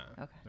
Okay